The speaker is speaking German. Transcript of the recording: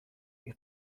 wie